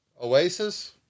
Oasis